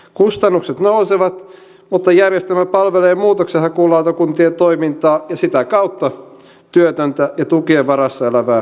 kustannukset nousevat mutta järjestelmä palvelee muutoksenhakulautakuntien toimintaa ja sitä kautta työtöntä ja tukien varassa elävää suomalaista